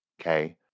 okay